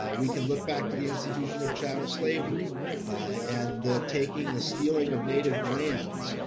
ah we can look back to the institution of chattel slavery and the taking the stealing of native lands,